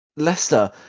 Leicester